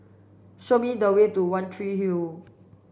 show me the way to One Tree Hill